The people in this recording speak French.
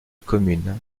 commune